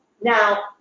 Now